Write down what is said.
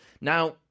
Now